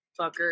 fucker